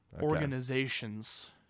organizations